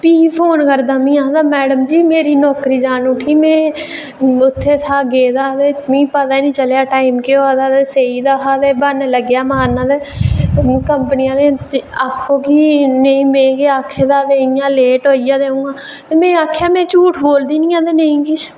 ते प्ही मिगी फोन करदा आखदा मैडम जी मेरी नौकरी जानी उठी ते में उत्थै हा सेई गेदा ते मिगी पता निं चलेआ टाईम दा ते ब्हाना लग्गेआ करना ते कंपनी आह्लें गी आक्खो कि इं'या लेट होई गेआ ते में आखेआ कि में झूठ बोलदी निं ऐ ते नां किश